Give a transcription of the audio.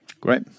Great